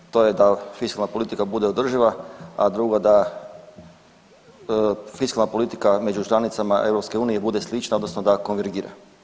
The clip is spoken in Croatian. To je da fiskalna politika bude održiva, a drugo da fiskalna politika među članicama EU bude slična odnosno da konvergira.